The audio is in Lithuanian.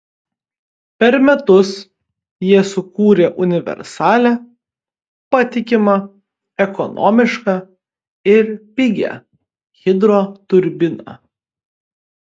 per metus jie sukūrė universalią patikimą ekonomišką ir pigią hidroturbiną